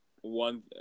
one